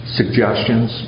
suggestions